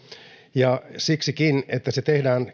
ja siksikin että kilpailutus tehdään